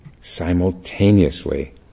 simultaneously